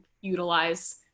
utilize